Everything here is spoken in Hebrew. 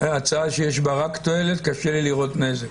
בהצעה רק תועלת, קשה לי לראות נזק.